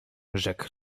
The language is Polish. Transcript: rzekł